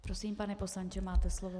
Prosím, pane poslanče, máte slovo.